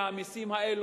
מהמסים האלה,